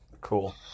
Cool